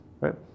right